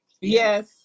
yes